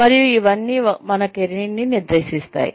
మరియు ఇవన్నీ మన కెరీర్ని నిర్దేశిస్తాయి